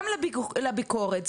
גם לביקורת,